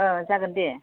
ओह जागोन दे